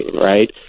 right